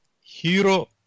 Hero